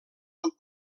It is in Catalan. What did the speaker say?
amb